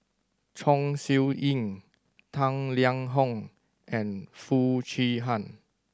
Chong Siew Ying Tang Liang Hong and Foo Chee Han